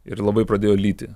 ir labai pradėjo lyti